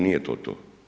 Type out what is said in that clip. Nije to to.